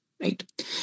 right